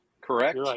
correct